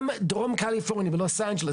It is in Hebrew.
גם דרום קליפורניה ולוס אנג'לס,